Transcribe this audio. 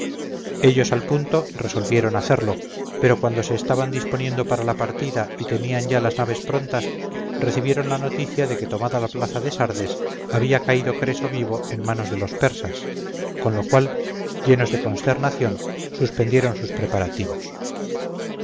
ellos al punto resolvieron hacerlo pero cuando se estaban disponiendo para la partida y tenían ya las naves prontas recibieron la noticia de que tomada la plaza de sardes había caído creso vivo en manos de los persas con lo cual llenos de consternación suspendieron sus preparativos